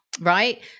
right